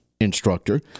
instructor